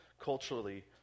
Culturally